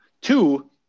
Two